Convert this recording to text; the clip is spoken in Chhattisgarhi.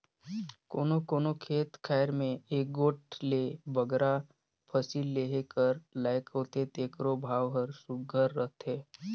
कोनो कोनो खेत खाएर में एगोट ले बगरा फसिल लेहे कर लाइक होथे तेकरो भाव हर सुग्घर रहथे